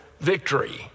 victory